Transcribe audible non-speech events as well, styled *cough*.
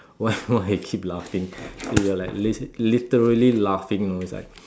why *laughs* why you keep laughing she was like lit~ literally laughing you know is like